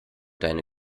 deine